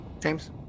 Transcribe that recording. James